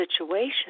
situation